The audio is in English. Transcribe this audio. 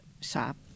shop